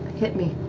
hit me.